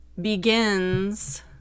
begins